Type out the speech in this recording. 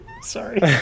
Sorry